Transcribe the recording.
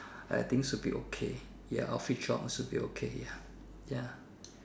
I think should be okay ya office job should be okay ya ya